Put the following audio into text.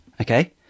Okay